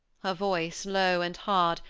her voice, low and hard,